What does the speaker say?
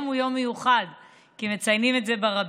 היום הוא יום מיוחד כי מציינים את זה ברבים.